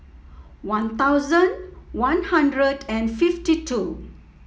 One Thousand One Hundred and fifty two